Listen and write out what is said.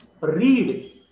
Read